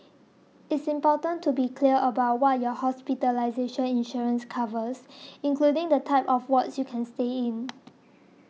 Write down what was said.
it's important to be clear about what your hospitalization insurance covers including the type of wards you can stay in